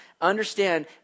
Understand